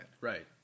right